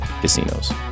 casinos